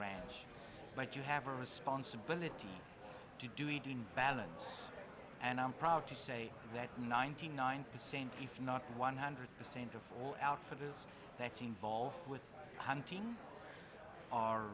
ranch but you have a responsibility to do it in balance and i'm proud to say that ninety nine percent if not one hundred percent of four out for his that's involved with hunting